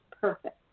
perfect